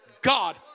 God